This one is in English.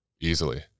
easily